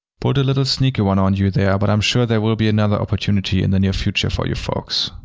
pulled a little sneaky one on you there, but i'm sure there will be another opportunity in the near future for you folks.